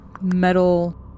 metal